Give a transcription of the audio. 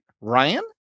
Ryan